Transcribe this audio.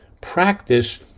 Practice